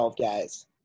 guys